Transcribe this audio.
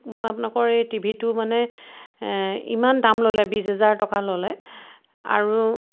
মই আপোনালোকৰ এই টিভিটো মানে ইমান দাম ল'লে বিছ হাজাৰ টকা ল'লে আৰু